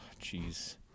Jeez